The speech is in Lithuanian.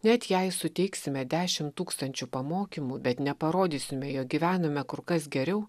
net jei suteiksime dešimt tūkstančių pamokymų bet neparodysime jog gyvename kur kas geriau